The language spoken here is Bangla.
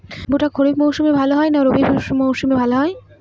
ভুট্টা খরিফ মৌসুমে ভাল হয় না রবি মৌসুমে ভাল হয়?